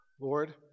Lord